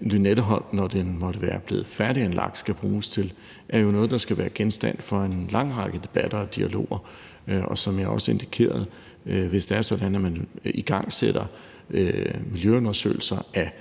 Lynetteholm, når den måtte være blevet færdiganlagt, skal bruges til, er jo noget, der skal være genstand for en lang række debatter og dialoger, og som jeg også indikerede, hvis det er sådan, at man igangsætter miljøundersøgelser af